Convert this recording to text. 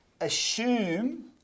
assume